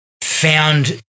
found